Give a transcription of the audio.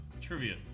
Trivia